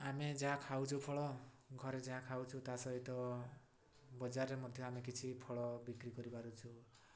ଆମେ ଯାହା ଖାଉଛୁ ଫଳ ଘରେ ଯାହା ଖାଉଛୁ ତା ସହିତ ବଜାରରେ ମଧ୍ୟ ଆମେ କିଛି ଫଳ ବିକ୍ରି କରିପାରୁଛୁ